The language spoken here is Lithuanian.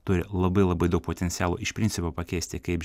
turi labai labai daug potencialo iš principo pakeisti kaip